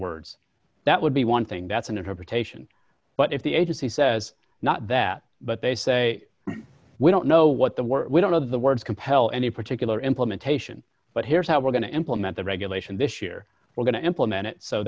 words that would be one thing that's an interpretation but if the agency says not that but they say we don't know what the word we don't know the words compel any particular implementation but here's how we're going to implement the regulation this year we're going to implement it so